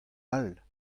all